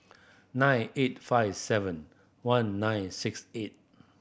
nine eight five seven one nine six eight